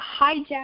hijack